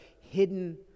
hidden